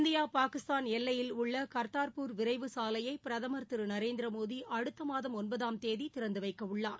India Pakistan எல்லையில் உள்ள கர்த்தார்பூர் விரைவு சாலையை பிரதமர் திரு நரேந்திரமோடி அடுத்தமாதம் ஒன்பதாம் தேதி திறந்து வைக்கவுள்ளார்